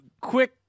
Quick